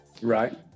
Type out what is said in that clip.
Right